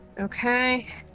Okay